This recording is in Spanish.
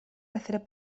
hacer